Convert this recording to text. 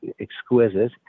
exquisite